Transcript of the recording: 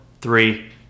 three